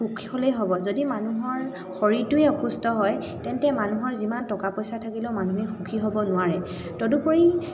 সুখী হ'লেই হ'ব যদি মানুহৰ শৰীৰটোৱে অসুস্থ হয় তেন্তে মানুহৰ যিমান টকা পইচা থাকিলেও মানুহে সুখী হ'ব নোৱাৰে তদুপৰি